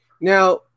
Now